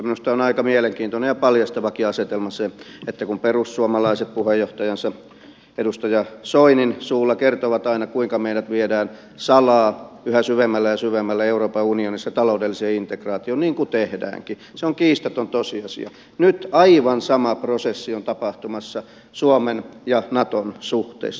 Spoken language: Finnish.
minusta on aika mielenkiintoinen ja paljastavakin asetelma se että kun perussuomalaiset puheenjohtajansa edustaja soinin suulla kertovat aina kuinka meidät viedään salaa yhä syvemmälle ja syvemmälle euroopan unionissa taloudelliseen integraatioon niin kuin tehdäänkin se on kiistaton tosiasia nyt aivan sama prosessi on tapahtumassa suomen ja naton suhteissa